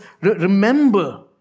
remember